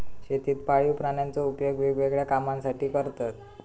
शेतीत पाळीव प्राण्यांचो उपयोग वेगवेगळ्या कामांसाठी करतत